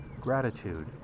gratitude